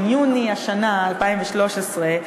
ביוני 2013,